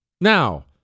Now